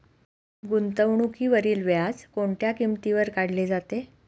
गुंतवणुकीवरील व्याज कोणत्या किमतीवर काढले जाते?